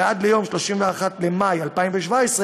עד יום 31 במאי 2017,